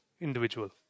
individual